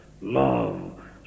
Love